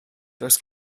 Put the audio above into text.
does